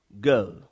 go